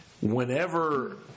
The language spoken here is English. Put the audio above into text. Whenever